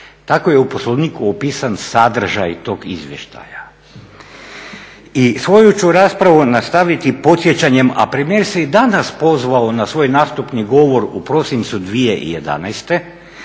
Tako je u Poslovniku opisan sadržaj tog izvještaja. I svoju ću raspravu nastaviti podsjećanjem, a premijer se i danas pozvao na svoj nastupni govor u prosincu 2011.